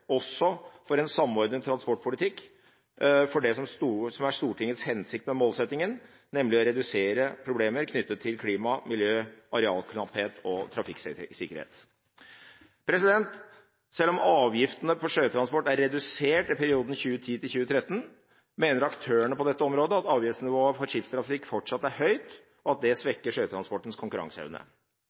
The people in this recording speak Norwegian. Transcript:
også for en samordnet transportpolitikk for det som er Stortingets hensikt med målsettingen, nemlig å redusere problemer knyttet til klima, miljø, arealknapphet og trafikksikkerhet. Selv om avgiftene på sjøtransport er redusert i perioden 2010–2013, mener aktørene på dette området at avgiftsnivået for skipstrafikk fortsatt er høyt, og at det svekker sjøtransportens konkurranseevne.